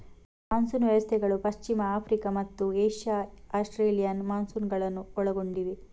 monsoon ವ್ಯವಸ್ಥೆಗಳು ಪಶ್ಚಿಮ Africa ಮತ್ತು ಏಷ್ಯಾ ಆಸ್ಟ್ರೇಲಿಯನ್ ಮಾನ್ಸೂನುಗಳನ್ನು ಒಳಗೊಂಡಿವೆ